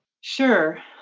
Sure